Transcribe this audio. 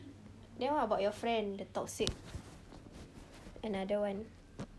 then what about your friend the toxic another one